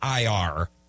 IR